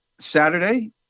saturday